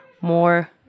more